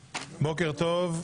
טוב,